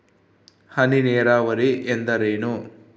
ಹನಿ ನೇರಾವರಿ ಎಂದರೇನು?